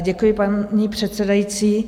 Děkuji, paní předsedající.